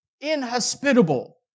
inhospitable